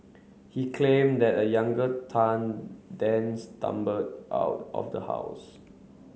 he claimed that the younger Tan then stumbled out of the house